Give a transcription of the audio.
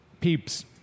peeps